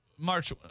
March